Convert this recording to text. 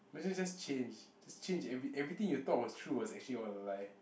basically just change just change every everything you thought was true was actually all a lie